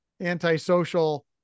antisocial